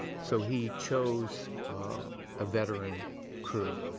so, he chose a veteran crew.